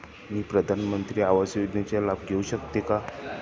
मी प्रधानमंत्री आवास योजनेचा लाभ घेऊ शकते का?